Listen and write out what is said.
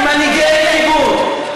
כמנהיגי ציבור,